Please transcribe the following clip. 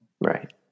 right